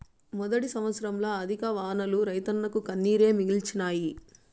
మొదటి సంవత్సరంల అధిక వానలు రైతన్నకు కన్నీరే మిగిల్చినాయి